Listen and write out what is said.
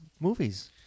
movies